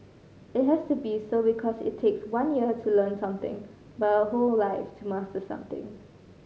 it has to be so because it takes one year to learn something but a whole life to master something